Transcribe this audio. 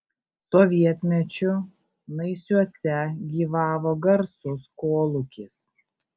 sovietmečiu naisiuose gyvavo garsus kolūkis